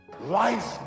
Life